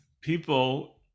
people